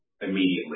immediately